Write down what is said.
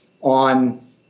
on